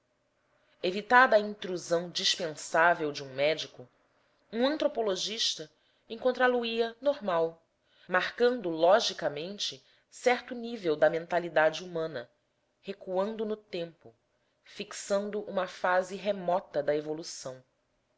evitada a intrusão dispensável de um médico um antropologista encontrá lo ia normal marcando logicamente certo nível da mentalidade humana recuando no tempo fixando uma fase remota da evolução